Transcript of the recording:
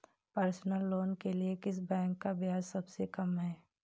Personal loan के लिए किस बैंक का ब्याज सबसे कम है?